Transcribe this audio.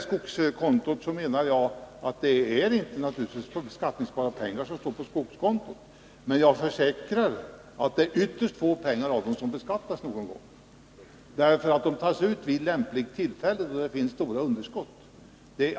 Naturligtvis menar jag inte att de pengar som står på skogskontot inte är beskattningsbara. Men jag försäkrar att det är ytterst små belopp som någon gång beskattas. Medlen tas nämligen ut vid lämpligt tillfälle, när det finns stora underskott.